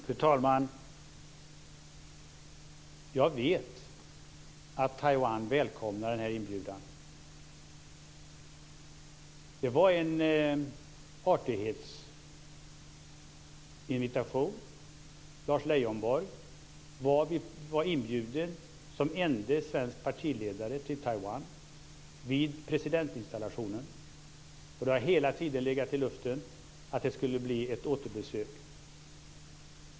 Fru talman! Jag vet att Taiwan välkomnar den här inbjudan. Det var en artighetsinvitation. Lars Leijonborg var inbjuden som enda svenska partiledare till Taiwan vid presidentinstallationen. Det har hela tiden legat i luften att det skulle bli ett återbesök.